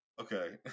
Okay